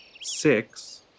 Six